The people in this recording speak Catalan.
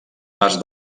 pas